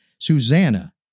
Susanna